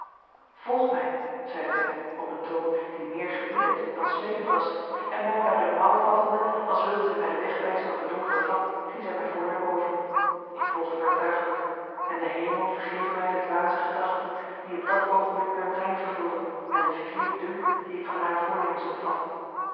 volg mij zeide zij op een toon die meer gebiedend dan smeekend was en mij bij de mouw vattende als wilde zij mij den weg wijzen op de donkere trap ging zij mij voor naar boven ik volgde werktuiglijk en de hemel vergeve mij de dwaze gedachten die op dat oogenblik mijn brein vervulden en den verkeerden dunk dien ik van hare voornemens opvatte